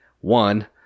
one